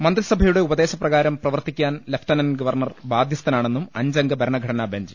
മന്ത്രിസഭയുടെ ഉപദേശപ്രകാരം പ്രവർത്തിക്കാൻ ലഫ്റ്റനന്റ് ഗവർണർ ബാധ്യസ്ഥനാണെന്നും അഞ്ചംഗ ഭരണ ഘടനാബെഞ്ച്